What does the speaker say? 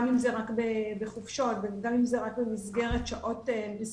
גם אם זה רק בחופשות וגם אם זה רק במסגרת שעות מסוימות,